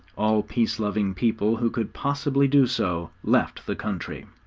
all peace-loving people who could possibly do so left the country.